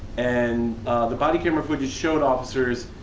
and the body camera footage showed officers,